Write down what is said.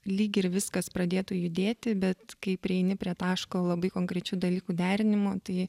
lyg ir viskas pradėtų judėti bet kai prieini prie taško labai konkrečių dalykų derinimo tai